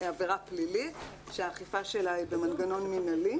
עבירה פלילית שהאכיפה שלה היא במנגנון מנהלי.